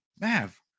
Mav